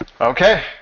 Okay